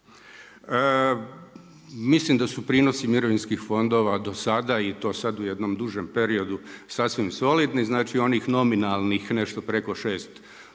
Mislim da su prinosi mirovinskih fondova do sada i to sad u jednom dužem periodu sasvim solidni, znači onih nominalnih nešto preko 6%